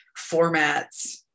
formats